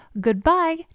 goodbye